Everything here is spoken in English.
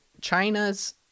China's